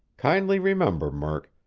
kindly remember, murk,